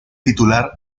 titular